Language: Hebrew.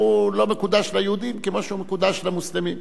הוא לא מקודש ליהודים כמו שהוא מקודש למוסלמים?